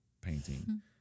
painting